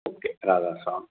okay Radha Swami